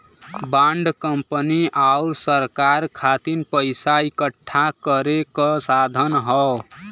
bond company आउर सरकार खातिर पइसा इकठ्ठा करे क साधन हौ